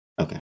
Okay